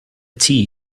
tea